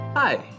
Hi